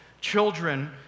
children